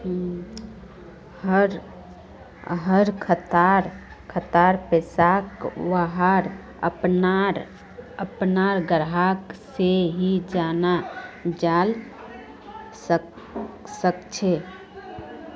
हर खातार पैसाक वहार अपनार ग्राहक से ही जाना जाल सकछे